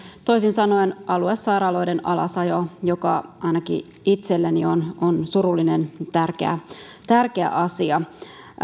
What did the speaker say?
toisin sanoen aluesairaaloiden alasajo joka ainakin itselleni on on surullinen tärkeä tärkeä asia